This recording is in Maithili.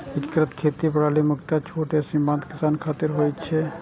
एकीकृत खेती प्रणाली मुख्यतः छोट आ सीमांत किसान खातिर होइ छै